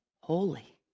holy